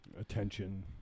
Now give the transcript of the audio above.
Attention